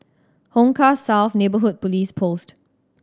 Hong Kah South Neighbourhood Police Post